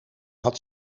had